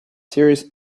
serious